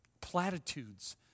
platitudes